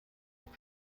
noch